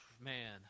man